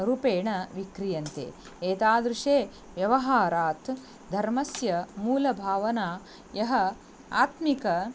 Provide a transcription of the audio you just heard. रूपेण विक्रियन्ते एतादृशे व्यवहारात् धर्मस्य मूलभावना यः आध्यात्मिक